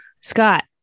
Scott